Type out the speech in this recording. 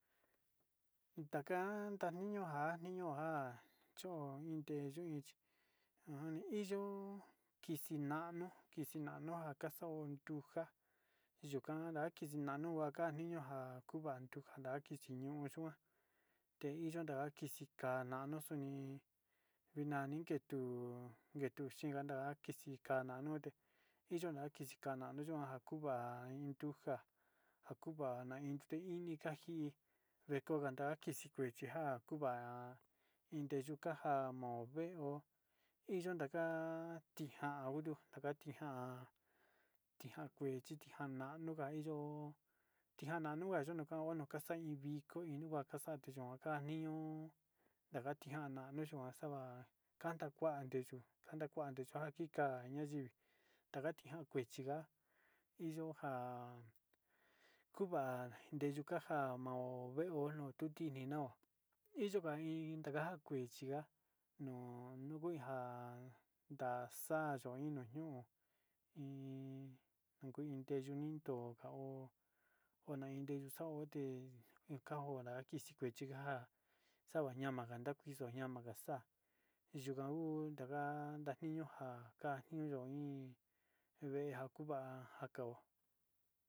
Itanjan ta'a niño njan niño njan cho inte yui ajan niyo kiixi nano kixi nano nakaxao tunja nuu kan kian, nuu va'a kan niño njan kuva'a ndujan kixi ñuu nuxuan teinjan ka'a nanuxni vina nii ke tuu ke tu xhikandá kixi kana nuté iyona kixikana kinuna kuu kuva'a indunja akakuvana iin tute ini ka'a kii ventanja ka'a kixi kuexia nja kuu va'a indeyukunja amovinguo inyaka tinjan kunduu ndaka tinjan tinjan kuechiti tinjan na'a nuján. niyo'o tinana nujan nokaxa iin viko kixu naxa'a atiyon ka'a niño njantijana kutu xava'a kanta kuan teyu kanta kuan tika'a ñayivi takan tekoja iin yo'o njan kuu va'a ndeyutanjan ma'u ovenuno tutini no'o iin yoka iin takua kuichinga nu nuu nguga naxayó innuñu iin kuu inteyuneni toka ho onda inexaute ekanjora kixe kuechi njan, xavañamanga na'a kuixo ñamaga xa'a niyukau yanga nda'a niñonjan kajiño iin vée njan kuva'a njakao.